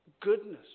goodness